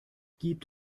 gibt